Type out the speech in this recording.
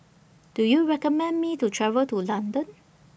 Do YOU recommend Me to travel to London